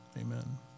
Amen